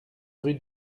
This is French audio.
rue